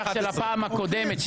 הישיבה ננעלה בשעה 10:05.